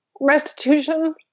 restitution